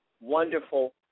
wonderful